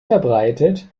verbreitet